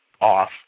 off